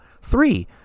three